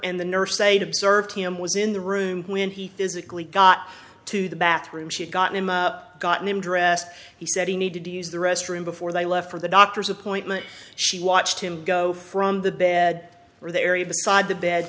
and the nurse aide observed him was in the room when he physically got to the bathroom she'd gotten him gotten him dressed he said he needed to use the restroom before they left for the doctor's appointment she watched him go from the bed or the area beside the b